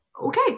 okay